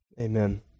Amen